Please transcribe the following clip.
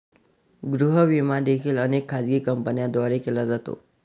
गृह विमा देखील अनेक खाजगी कंपन्यांद्वारे केला जातो